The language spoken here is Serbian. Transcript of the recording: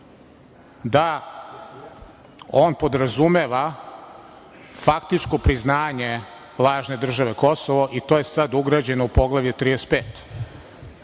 da on podrazumeva faktičko priznanje lažne države Kosovo i to je sad ugrađeno u Poglavlje